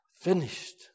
Finished